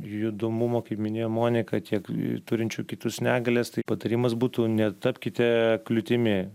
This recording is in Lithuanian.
judumumo kaip minėjo monika tiek turinčių kitus negalias tai patarimas būtų netapkite kliūtimi